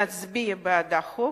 נצביע בעד החוק,